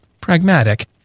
pragmatic